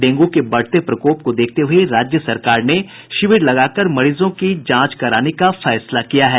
dengue के बढ़ते प्रकोप को देखते हुए राज्य सरकार ने शिविर लगाकर मरीजों की जांच कराने का फैसला किया है